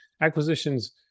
acquisitions